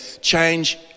change